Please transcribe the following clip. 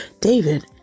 David